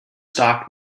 stocked